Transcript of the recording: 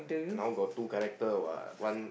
now got two character what one